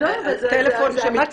כוונתי לטלפון שמתפרסם.